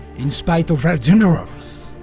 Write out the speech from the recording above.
in spite of their generals.